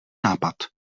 nápad